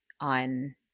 on